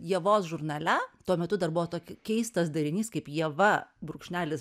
ievos žurnale tuo metu dar buvo toki keistas darinys kaip ieva brūkšnelis